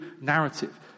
narrative